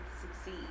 succeed